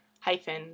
hyphen